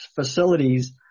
facilities